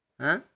ଏଁ